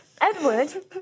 Edward